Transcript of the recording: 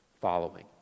following